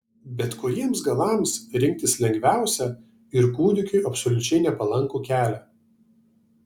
bet kuriems galams rinktis lengviausia ir kūdikiui absoliučiai nepalankų kelią